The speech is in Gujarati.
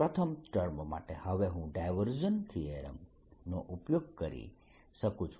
પ્રથમ ટર્મ માટે હવે હું ડાયવર્જન્સ થીયરમ નો ઉપયોગ કરી શકું છું